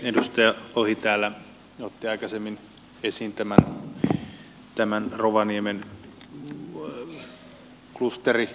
edustaja lohi otti aikaisemmin esiin rovaniemen klusteriajattelun